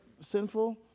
sinful